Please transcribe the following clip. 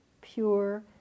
pure